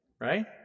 Right